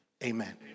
Amen